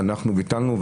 אנחנו ביטלנו.